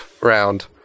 round